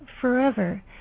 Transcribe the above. forever